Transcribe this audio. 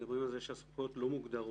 מדברים על זה שהסמכויות לא מוגדרות,